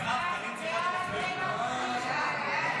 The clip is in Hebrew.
הצעת סיעת יש עתיד להביע אי-אמון בממשלה לא